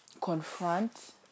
confront